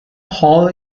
hall